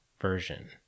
version